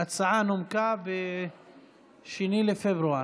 ההצעה נומקה ב-2 בפברואר.